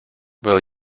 will